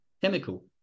chemical